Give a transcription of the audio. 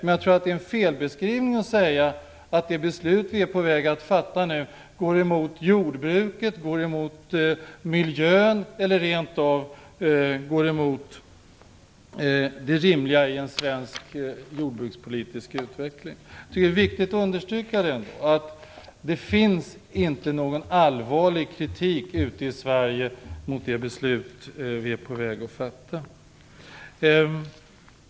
Men jag tror det är en fel beskrivning att säga att det beslut vi är på väg att fatta går emot jordbruket, miljön och rent av emot det rimliga i svensk jordbrukspolitisk utveckling. Det är viktigt att understryka att det i Sverige inte finns någon allvarlig kritik mot det beslut vi är på väg att fatta.